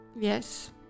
Yes